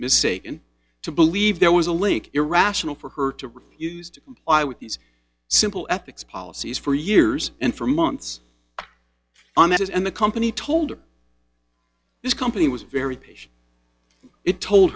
mistaken to believe there was a link irrational for her to refused by with these simple ethics policies for years and for months on that and the company told her this company was very